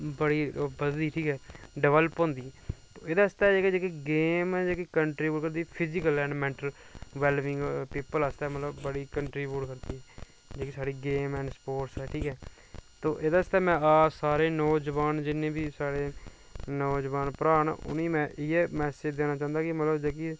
बड़ी बधदी ठीक ऐ डेवलप होंदी एह्दे आस्तै जेह्ड़ी गेम जेह्की कंट्रीब्यूट करदी physical and mental well being people आस्तै मतलब बड़ी कंट्रीब्यूट करदी जेह्की साढ़ी गेम्स एंड स्पोर्टस ऐ ठीक ऐ तो एह्दे आस्तै में सारे नोजोआन जि'न्ने बी साढ़े नोजोआन भ्राऽ न उ'नें ई में इ'यै मैसेज देना चाहंदा कि